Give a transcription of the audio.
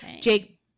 Jake